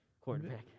quarterback